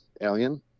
alien